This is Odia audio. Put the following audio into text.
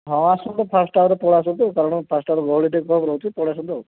ହଁ ଆସନ୍ତୁ ଫାଷ୍ଟ୍ ହାଫ୍ରେ ପଳାଇଆସନ୍ତୁ କାରଣ ଫାଷ୍ଟ୍ ହାଫ୍ରେ ଗହଳି ଟିକିଏ କମ୍ ରହୁଛି ପଳେଇ ଆସନ୍ତୁ ଆଉ